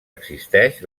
existeix